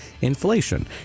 inflation